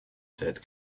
dead